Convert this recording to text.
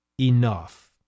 enough